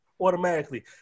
automatically